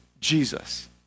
Jesus